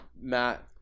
Matt